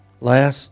Last